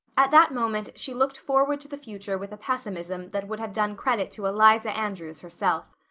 at that moment she looked forward to the future with a pessimism that would have done credit to eliza andrews herself.